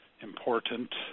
important